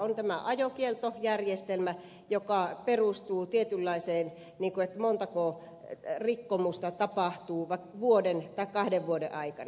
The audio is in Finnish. on tämä ajokieltojärjestelmä joka perustuu siihen montako rikkomusta tapahtuu vaikka vuoden tai kahden vuoden aikana